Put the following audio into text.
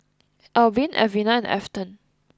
Albin Elvina and Afton